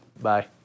Bye